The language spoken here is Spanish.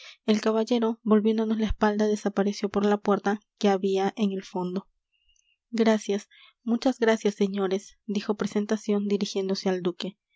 el caballero volviéndonos la espalda desapareció por la puerta que había en el fondo gracias muchas gracias señores dijo presentación dirigiéndose al duque